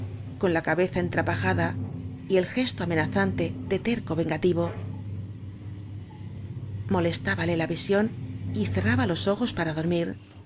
con la cabe za entrapajada y el gesto amenazante ele terco vengativo molestábale la visión y cerraba los ojos para dormir